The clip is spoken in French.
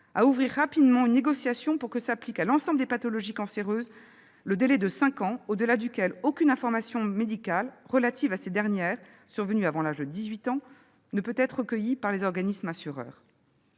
à ouvrir rapidement une négociation, pour que s'applique à l'ensemble des pathologies cancéreuses le délai de cinq ans au-delà duquel aucune information médicale, relative à ces maladies survenues avant l'âge de dix-huit ans, ne peut être recueillie par les organismes assureurs.